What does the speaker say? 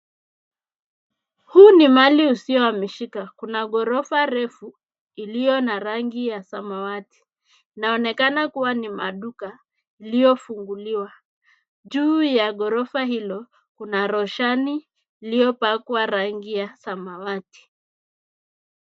Huu ni mahali usiohamishika. Kuna ghorofa refu iliona rangi ya samawati. Inaonekana kuwa ni maduka iliyofunguliwa. Juu ya ghorofa hilo kuna roshani iliopakwa rangi ya samawati.